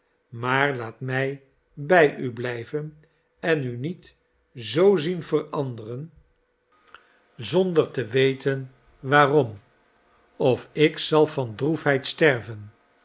maar laat mij bij u blijven en u niet zoo zien veranderen zonhihaafcjimtfhajmab hntoibtisiir nelly der te weten waarom of ik zal van droef heid sterven